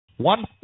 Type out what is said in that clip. One